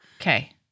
Okay